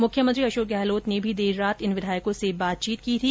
मुख्यमंत्री अशोक गहलोत ने भी देर रात इन विधायकों से बातचीत की थी